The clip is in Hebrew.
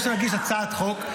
אני עכשיו אגיש הצעת חוק.